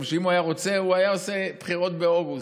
אם הוא היה רוצה, הוא היה עושה בחירות באוגוסט.